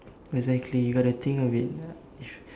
exactly you gotta think of it what if